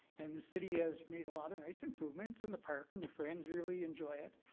and the city has made a lot of nice improvements in the park and the friends really enjoy it.